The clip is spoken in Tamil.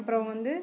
அப்புறோம் வந்து